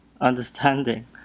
understanding